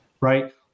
right